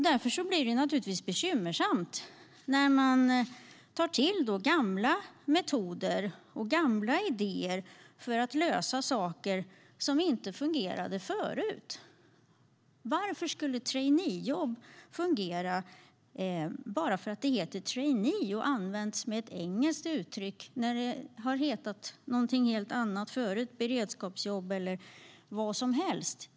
Därför blir det naturligtvis bekymmersamt när man tar till gamla metoder och gamla idéer för att lösa saker som inte fungerade förut. Varför skulle traineejobb fungera bara för att de benämns med ett engelskt uttryck? Förut har de hetat någonting helt annat, beredskapsjobb eller vad som helst.